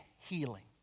healing